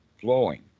flowing